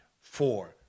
four